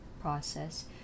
process